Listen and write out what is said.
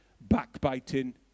backbiting